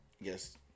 Yes